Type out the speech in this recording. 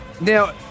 Now